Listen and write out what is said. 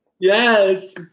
Yes